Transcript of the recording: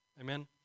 Amen